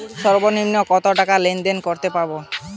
সর্বনিম্ন কত টাকা লেনদেন করতে পারবো?